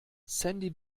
sandy